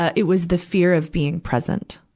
it was the fear of being present.